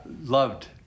loved